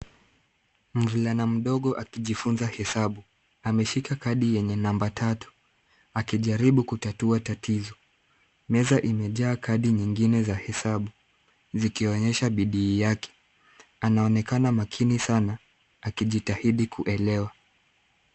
Mvulana mdogo akijifunza hesabu. Ameshika kadi yenye namba tatu, akijaribu kutatua tatizo. Meza imejaa kadi nyingine za hesabu, zikionyesha bidii yake. Anaonekana makini sana akijitahidi kuelewa.